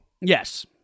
Yes